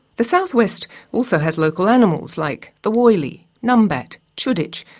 the southwest also has local animals like the woylie, numbat, chuditch,